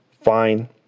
fine